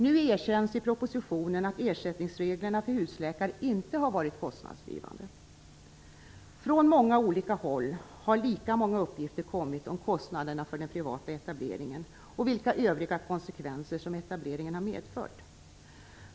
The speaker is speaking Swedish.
Nu erkänns i propositionen att ersättningsreglerna för husläkare inte har varit kostnadsdrivande. Från många olika håll har lika många uppgifter kommit om kostnaderna för den privata etableringen och vilka övriga konsekvenser som etableringen har medfört.